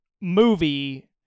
movie